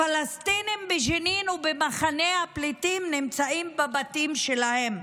הפלסטינים בג'נין ובמחנה הפליטים נמצאים בבתים שלהם,